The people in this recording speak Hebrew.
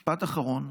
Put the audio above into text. משפט אחרון.